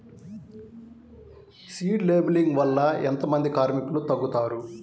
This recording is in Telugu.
సీడ్ లేంబింగ్ వల్ల ఎంత మంది కార్మికులు తగ్గుతారు?